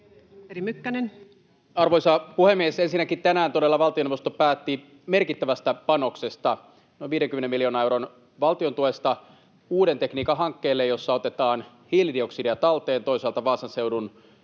Arvoisa puhemies! Ensinnäkin tänään todella valtioneuvosto päätti merkittävästä panoksesta, noin 50 miljoonan euron valtiontuesta, uuden tekniikan hankkeelle, jossa otetaan hiilidioksidia talteen toisaalta Vaasan seudun